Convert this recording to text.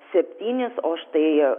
septynis o štai